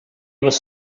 was